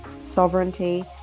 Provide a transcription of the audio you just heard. sovereignty